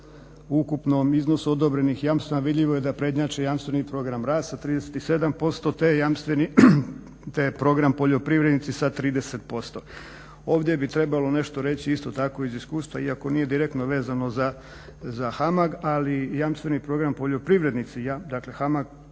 ukupnom iznosu odobrenih jamstava vidljivo je da prednjači jamstveni program rasta 37% te program poljoprivrednici sa 30%. Ovdje bi trebalo nešto reći isto tako iz iskustva iako nije direktno vezano za HAMAG ali jamstveni program poljoprivrednici, dakle HAMAG